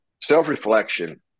Self-reflection